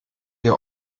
ihr